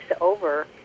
over